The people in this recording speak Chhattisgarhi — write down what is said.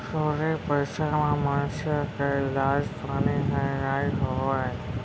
थोरे पइसा म मनसे के इलाज पानी ह नइ होवय